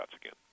again